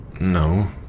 No